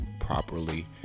properly